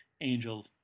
Angel